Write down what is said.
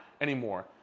anymore